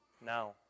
now